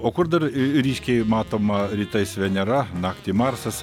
o kur dar ryškiai matoma rytais venera naktį marsas